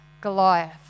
Goliath